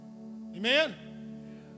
amen